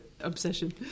obsession